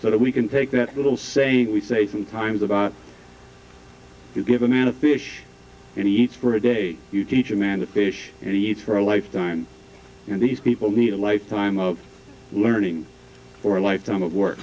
so that we can take that little saying we say sometimes about you give a man a fish and eats for a day teach a man to fish and he eats for a lifetime and these people need a life time of learning or a lifetime of work